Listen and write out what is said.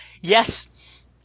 Yes